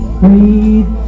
breathe